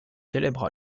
célèbre